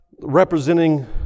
representing